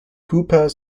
cooper